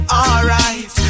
alright